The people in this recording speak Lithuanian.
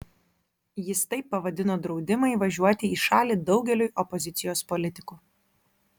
jis taip pavadino draudimą įvažiuoti į šalį daugeliui opozicijos politikų